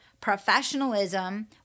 professionalism